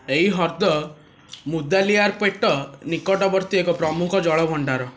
ଏହି ହ୍ରଦ ମୁଦାଲିଆରପେଟ ନିକଟବର୍ତ୍ତୀ ଏକ ପ୍ରମୁଖ ଜଳଭଣ୍ଡାର